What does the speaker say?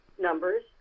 numbers